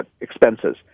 expenses